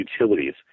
utilities